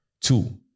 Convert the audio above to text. two